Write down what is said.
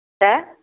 हा